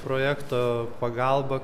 projekto pagalba